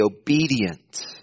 obedient